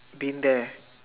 been there